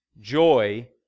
joy